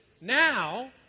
now